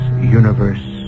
Universe